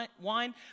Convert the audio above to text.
wine